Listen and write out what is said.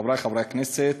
חברי חברי הכנסת,